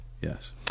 Yes